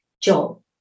job